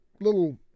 little